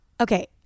okay